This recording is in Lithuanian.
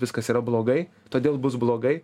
viskas yra blogai todėl bus blogai